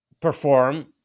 perform